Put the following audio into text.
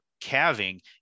calving